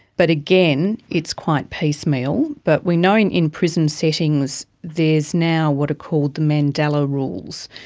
but again, it's quite piecemeal. but we know in in prison settings there's now what are called the mandela rules.